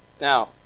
Now